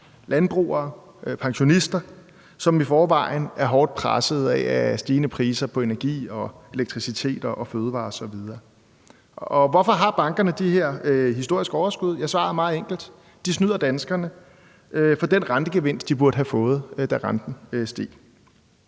landbrugere og pensionister, som i forvejen er hårdt pressede af stigende priser på energi og elektricitet og fødevarer osv. Svaret på, hvorfor bankerne har de her historiske overskud, er meget enkelt. De snyder danskerne for den rentegevinst, de burde have fået, da renten steg.